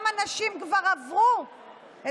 תודה רבה.